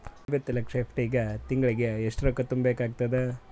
ಐವತ್ತು ಲಕ್ಷ ಎಫ್.ಡಿ ಗೆ ತಿಂಗಳಿಗೆ ಎಷ್ಟು ರೊಕ್ಕ ತುಂಬಾ ಬೇಕಾಗತದ?